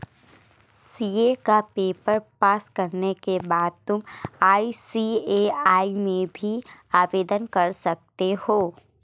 CA का paper pass करने के बाद तुम आई.सी.ए.आई में भी आवेदन कर सकते हो